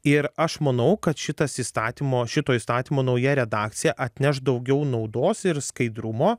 ir aš manau kad šitas įstatymo šito įstatymo nauja redakcija atneš daugiau naudos ir skaidrumo